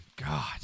God